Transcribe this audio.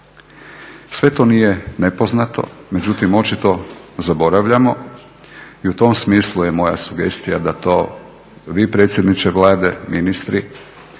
sve to nije nepoznato, međutim očito zaboravljamo i u tom smislu je moja sugestija da to vi predsjedniče Vlade, ministri